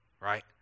right